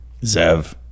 Zev